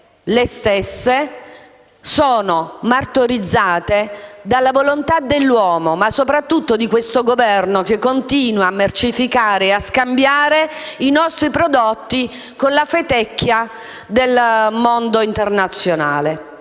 stesse terre martoriate dalla volontà dell'uomo e - soprattutto - di questo Governo che continua a mercificare e scambiare i nostri prodotti con la fetecchia del mondo internazionale.